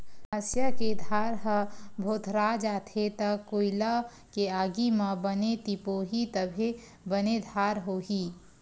हँसिया के धार ह भोथरा जाथे त कोइला के आगी म बने तिपोही तभे बने धार होही